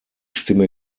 stimme